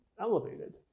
elevated